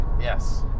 Yes